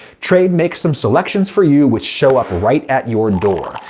trade makes some selections for you, which show up right at your door.